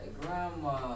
grandma